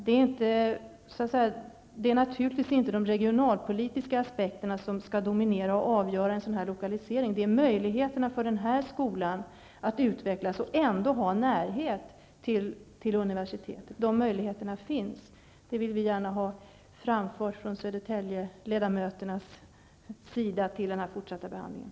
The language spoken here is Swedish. Naturligtvis skall inte de regionalpolitiska aspekterna dominera och avgöra en sådan lokalisering, utan det är möjligheterna för den skolan att utvecklas och ändå ha en närhet till universitetet. Det här vill vi från Södertäljeledamöternas sida framföra för den fortsatta behandlingen.